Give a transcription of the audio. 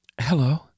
Hello